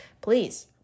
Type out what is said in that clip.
Please